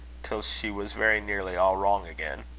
till she was very nearly all wrong again.